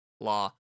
Law